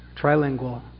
Trilingual